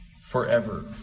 forever